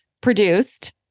produced